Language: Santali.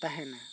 ᱛᱟᱦᱮᱱᱟ